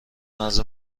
مرز